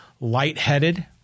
lightheaded